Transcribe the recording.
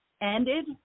ended